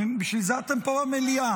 בשביל זה אתם פה במליאה.